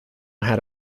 had